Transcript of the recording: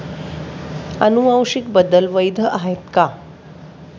अनुवांशिक बदल वैध आहेत का?